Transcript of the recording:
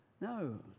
No